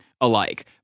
alike